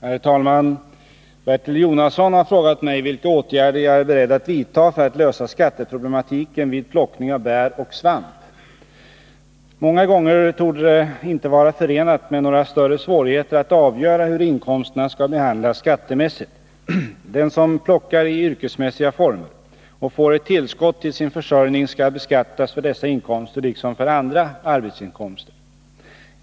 Herr talman! Bertil Jonasson har frågat mig vilka åtgärder jag är beredd att vidta för att lösa skatteproblematiken vid plockning av bär och svamp. Många gånger torde det inte vara förenat med några större svårigheter att avgöra hur inkomsterna skall behandlas skattemässigt. Den som plockar i yrkesmässiga former och får ett tillskott till sin försörjning skall beskattas för dessa inkomster liksom för andra arbetsinkomster.